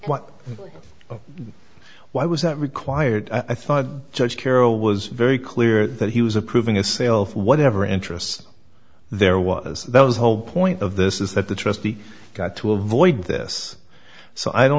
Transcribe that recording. what why was that required i thought judge carroll was very clear that he was approving a sale for whatever interests there was that was whole point of this is that the trustee got to avoid this so i don't